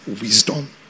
wisdom